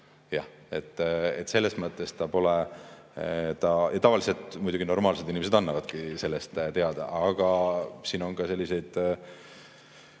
Tavaliselt muidugi normaalsed inimesed annavadki sellest teada, aga kindlasti on ka selliseid